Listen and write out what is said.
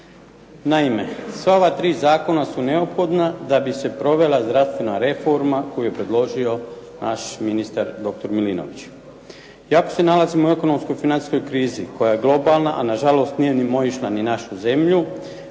Naime sva ova tri zakona su neophodna da bi se provela zdravstvena reforma koju je predložio naš ministar doktor Milinović. Iako se nalazimo u ekonomskoj i financijskoj krizi koja je globalna, a nažalost nije mimoišla ni našu zemlju